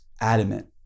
adamant